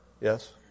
yes